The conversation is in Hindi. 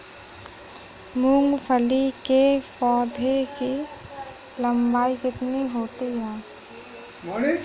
मूंगफली के पौधे की लंबाई कितनी होती है?